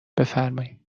بفرمایید